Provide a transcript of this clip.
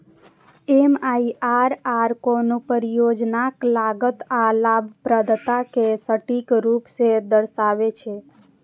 MIRR कोनो परियोजनाक लागत आ लाभप्रदता कें सटीक रूप सं दर्शाबै छै